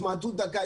התמעטות דגה,